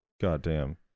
goddamn